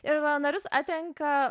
ir narius atrenka